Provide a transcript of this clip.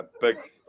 big